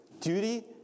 duty